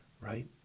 right